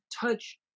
touch